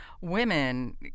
women